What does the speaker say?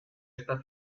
esta